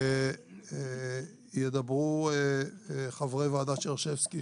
ידברו חברי ועדת שרשבסקי,